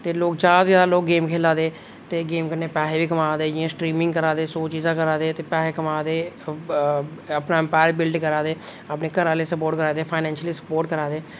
ते लोग जयादातर गेम खेला दे ते गेम कन्नै पैसे बी कमा दे जि'यां स्ट्रिमिंग करा दे ते पैसे कमा दे अपने इमपाइयर बिल्ड करा दे अपने घरा आहलें गी सपोर्ट करा दे फनाईशली सपोर्ट करा दे